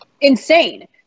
insane